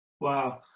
wow